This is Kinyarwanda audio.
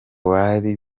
bari